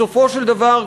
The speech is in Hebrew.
בסופו של דבר,